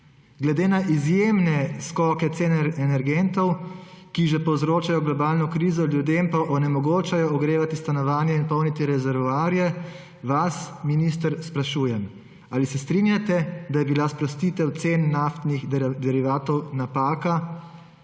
Glede na izjemne skoke cen energentov, ki že povzročajo globalno krizo, ljudem pa onemogočajo ogrevati stanovanje in polniti rezervoarje, vas, minister, sprašujem: Ali se strinjate, da je bila sprostitev cen naftnih derivatov napaka